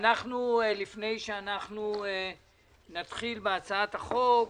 לפני שאנחנו נתחיל בהצעת החוק,